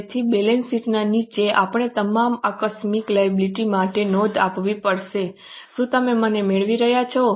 તેથી બેલેન્સ શીટની નીચે આપણે તમામ આકસ્મિક લાયબિલિટી માટે નોંધ આપવી પડશે શું તમે મને મેળવી રહ્યા છો